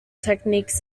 techniques